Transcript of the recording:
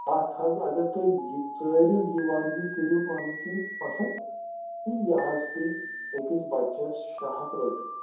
اَتھ تھاو بہٕ اَگر تُہۍ یہِ تھٲوِو یہِ وَردی کٔرِو پَنٕنۍ کِنۍ پَسَنٛد تہٕ یہِ حظ پیٚیہِ أکِس بَچَس شےٚ ہَتھ رۄپیہِ